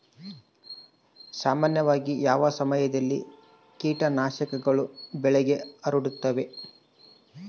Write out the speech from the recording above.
ಸಾಮಾನ್ಯವಾಗಿ ಯಾವ ಸಮಯದಲ್ಲಿ ಕೇಟನಾಶಕಗಳು ಬೆಳೆಗೆ ಹರಡುತ್ತವೆ?